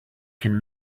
can